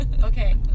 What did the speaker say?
okay